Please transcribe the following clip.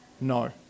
No